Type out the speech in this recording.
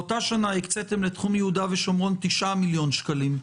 באותה שנה הקציתם ליהודה ושומרון 9 מיליון שקלים.